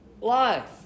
life